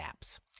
apps